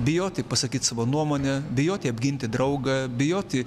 bijoti pasakyt savo nuomonę bijoti apginti draugą bijoti